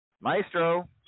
Maestro